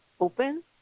open